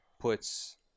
puts